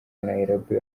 nairobi